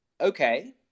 okay